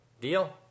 Deal